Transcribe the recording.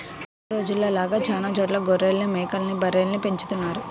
పాత రోజుల్లో లాగా చానా చోట్ల గొర్రెలు, మేకలు, బర్రెల్ని పెంచుతున్నారు